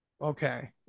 okay